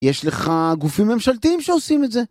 יש לך גופים ממשלתיים שעושים את זה?